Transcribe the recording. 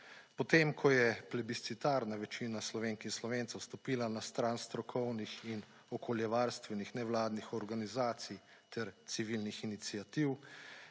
Potem, ko je plebiscitarna večina Slovenk in Slovencev stopila na stran strokovnih in okoljevarstvenih nevladnih organizacij ter civilnih iniciativ